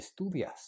Estudias